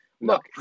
look